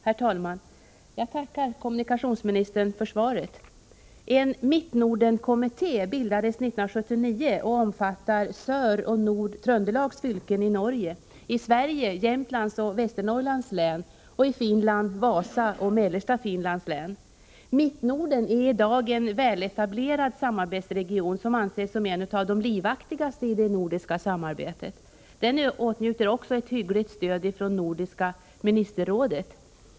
Herr talman! Jag tackar kommunikationsministern för svaret. En Mittnorden-kommitté bildades 1979 och omfattar Söroch Nord-Tröndelags fylken i Norge, Jämtlands och Västernorrlands län i Sverige och Vasa och mellersta Finlands län i Finland. Mittnorden är i dag en väletablerad samarbetsregion som anses som en av de livaktigaste i det nordiska samarbetet. Den åtnjuter också ett hyggligt stöd från Nordiska ministerrådet.